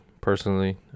personally